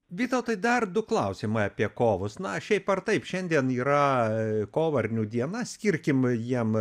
vytautai dar du klausimai apie kovus na šiaip ar taip šiandien yra kovarnių diena skirkim jiem